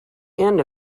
end